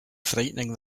frightening